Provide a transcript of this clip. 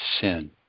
sin